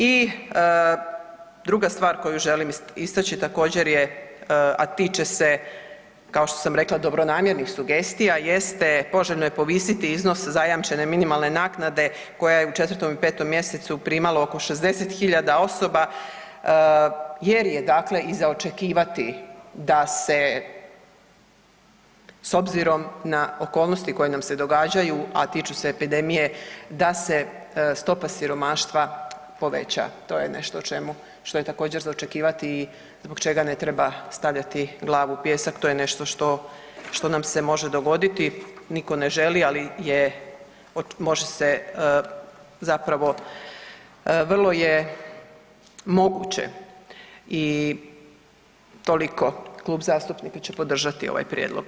I druga stvar koju želim istaći također je, a tiče se, kao što sam rekla dobronamjernih sugestija, jeste poželjno je povisiti iznos zajamčene minimalne naknade koja je u 4. i 5. mjesecu primalo oko 60.000 osoba jer je dakle i za očekivati da se s obzirom na okolnosti koje nam se događaju, a tiču se epidemije, da se stopa siromaštva poveća, to je nešto o čemu, što je također za očekivati i zbog čega ne treba stavljati glavu u pijesak, to je nešto što, što nam se može dogoditi, niko ne želi, ali je, može se, zapravo vrlo moguće i toliko klub zastupnika će podržati ovaj prijedlog.